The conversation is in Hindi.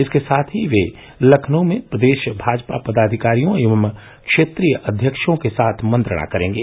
इसके साथ ही वे लखनऊ में प्रदेश भाजपा पदाधिकारियों एवं क्षेत्रीय अध्यक्षों के साथ मंत्रणा करेंगे